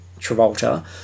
Travolta